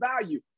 value